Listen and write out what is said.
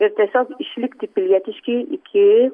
ir tiesiog išlikti pilietiški iki